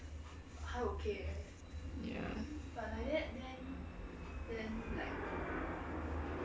ya